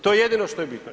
To je jedino što je bitno.